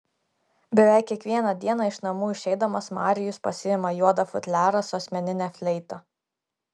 beveik kiekvieną dieną iš namų išeidamas marijus pasiima juodą futliarą su asmenine fleita